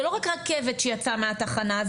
זה לא רק רכבת שיצאה מהתחנה,